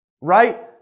right